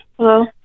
Hello